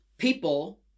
people